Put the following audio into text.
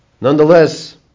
Nonetheless